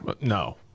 No